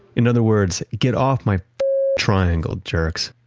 in other words, get off my triangle, jerks!